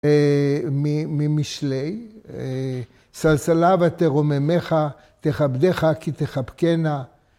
ממשלי. סלסלבה תרוממך, תכבדך כי תחבקנה.